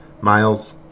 miles